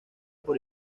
por